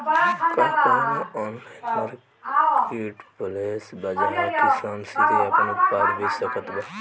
का कउनों online marketplace बा जहां किसान सीधे आपन उत्पाद बेच सकत बा?